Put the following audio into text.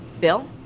bill